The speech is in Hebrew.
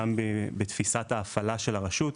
גם בתפיסת ההפעלה של הרשות,